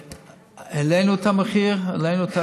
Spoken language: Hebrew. שהעלינו את המחיר והעלינו את